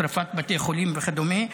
שרפת בתי חולים וכדומה,